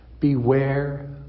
beware